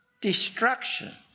destruction